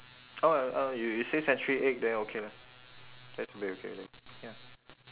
oh oh you you say century egg then okay lah that's should be already ya